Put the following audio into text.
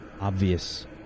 obvious